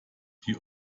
die